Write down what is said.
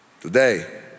Today